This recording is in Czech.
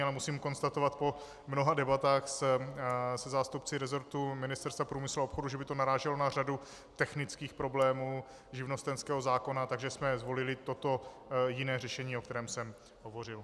Ale musím konstatovat po mnoha debatách se zástupci resortu Ministerstva průmyslu a obchodu, že by to naráželo na řadu technických problémů živnostenského zákona, takže jsme zvolili toto jiné řešení, o kterém jsem hovořil.